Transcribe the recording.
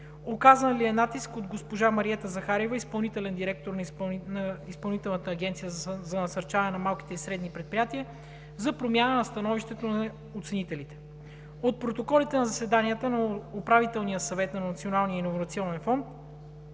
Оказан ли е натиск от госпожа Мариета Захариева – изпълнителен директор на Изпълнителната агенция за насърчаване на малките и средни предприятия, за промяна на становището на оценителите? От протоколите на заседанията на Управителния съвет на Националния иновационен фонд,